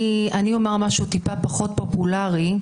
אני אומר משהו טיפה פחות פופולרי.